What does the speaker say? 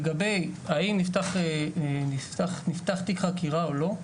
לגבי האם נפתח תיק חקירה או לא,